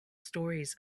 stories